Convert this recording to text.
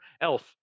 else